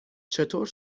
چطور